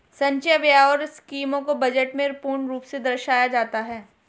संचय व्यय और स्कीमों को बजट में पूर्ण रूप से दर्शाया जाता है